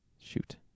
shoot